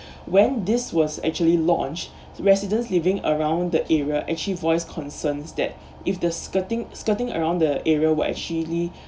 when this was actually launched the residents living around the area actually voiced concerns that if the skirting skirting around the area will actually